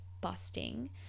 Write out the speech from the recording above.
busting